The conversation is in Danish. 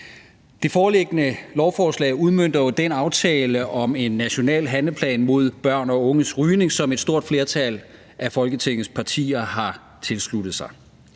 Det foreliggende lovforslag udmønter jo den aftale om en national handleplan mod børn og unges rygning, som et stort flertal af Folketingets partier har tilsluttet sig.